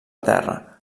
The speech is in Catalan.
terra